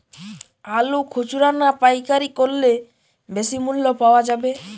আলু খুচরা না পাইকারি করলে বেশি মূল্য পাওয়া যাবে?